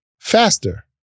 faster